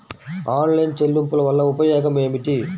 Online చెల్లింపుల వల్ల ఉపయోగమేమిటీ?